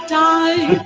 die